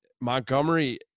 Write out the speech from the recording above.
Montgomery